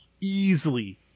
easily